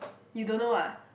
you don't know ah